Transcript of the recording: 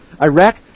Iraq